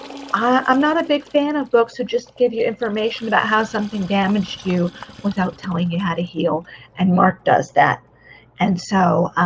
i'm not a big fan of books that just give you information about how something damaged you without telling you how to heal and mark does that and so,